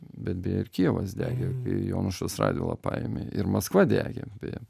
bet beje ir kijevas degė kai jonušas radvila paėmė ir maskva degė beje